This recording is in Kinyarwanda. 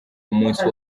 umunsi